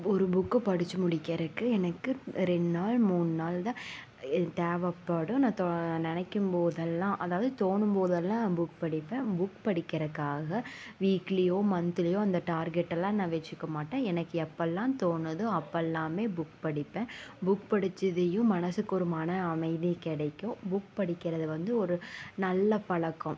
ஒரு புக்கு படித்து முடிக்கிறதுக்கு எனக்கு ரெண்டு நாள் மூணு நாள் தான் எனக்கு தேவைப்படும் நான் நினைக்கும் போதெல்லாம் அதாவது தோணும் போதெல்லாம் நான் புக் படிப்பேன் புக் படிக்கிறதுக்காக வீக்லியோ மந்த்லியோ அந்த டார்கெட்டுலாம் நான் வெச்சுக்க மாட்டேன் எனக்கு எப்போதெல்லாம் தோணுதோ அப்போதெல்லாமே புக் படிப்பேன் புக் படித்ததியும் மனதுக்கு ஒரு மன அமைதி கிடைக்கும் புக் படிக்கிறது வந்து ஒரு நல்ல பழக்கம்